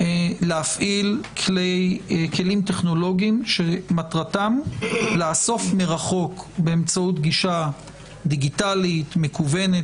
להפעיל כלים טכנולוגיים שמטרתם לאסוף מרחוק באמצעות גישה דיגיטלית מקוונת